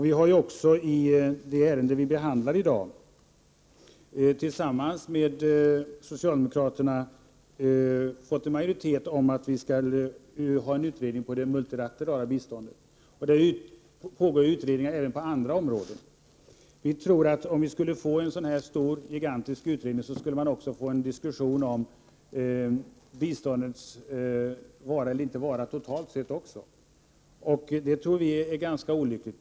Vi har i det ärende som vi behandlar i dag tillsammans med socialdemokraterna fått en majoritet för att vi skall ha en utredning om det multilaterala biståndet. Det pågår utredningar även på andra områden. Vi tror att om vi skulle få en sådan gigantisk utredning, skulle vi också få en diskussion om biståndets vara eller icke vara totalt sett. Det tror vi är olyckligt.